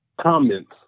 comments